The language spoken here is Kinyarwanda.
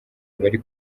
abari